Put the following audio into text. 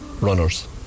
runners